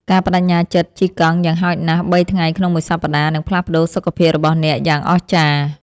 ការប្តេជ្ញាចិត្តជិះកង់យ៉ាងហោចណាស់ ៣ ថ្ងៃក្នុងមួយសប្ដាហ៍ នឹងផ្លាស់ប្តូរសុខភាពរបស់អ្នកយ៉ាងអស្ចារ្យ។